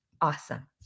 awesome